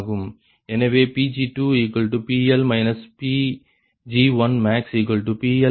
எனவே Pg2PL Pg1maxPL 180 ஆகும்